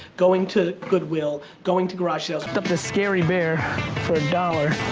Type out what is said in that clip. going to goodwill, going to garage sales. put up the scary bear for a dollar,